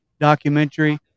documentary